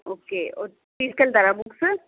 okay వచ్చి తీసుకెళ్తార books